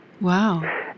Wow